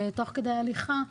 ותוך כדי הליכה,